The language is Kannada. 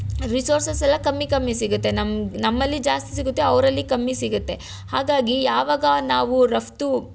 ರಿಸೋರ್ಸಸ್ ಎಲ್ಲ ಕಮ್ಮಿ ಕಮ್ಮಿ ಸಿಗುತ್ತೆ ನಮ್ಗೆ ನಮ್ಮಲ್ಲಿ ಜಾಸ್ತಿ ಸಿಗುತ್ತೆ ಅವರಲ್ಲಿ ಕಮ್ಮಿ ಸಿಗುತ್ತೆ ಹಾಗಾಗಿ ಯಾವಾಗ ನಾವು ರಫ್ತು